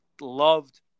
loved